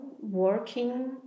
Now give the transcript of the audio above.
working